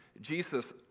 Jesus